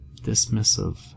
dismissive